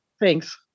Thanks